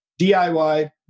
DIY